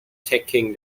taking